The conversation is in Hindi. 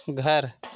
घर